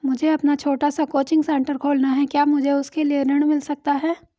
मुझे अपना छोटा सा कोचिंग सेंटर खोलना है क्या मुझे उसके लिए ऋण मिल सकता है?